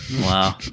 Wow